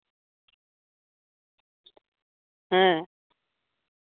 ᱦᱮᱸ